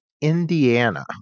Indiana